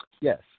Yes